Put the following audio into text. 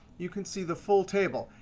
you can see the full table.